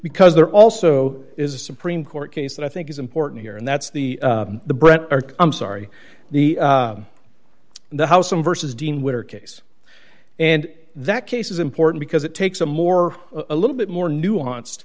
because there also is a supreme court case that i think is important here and that's the bread i'm sorry the the how some verses dean witter case and that case is important because it takes a more a little bit more nuanced